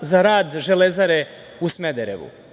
za rad Železare u Smederevu. Mi